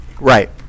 Right